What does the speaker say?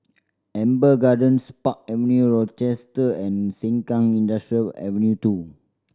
Amber Gardens Park Avenue Rochester and Sengkang Industrial Avenue Two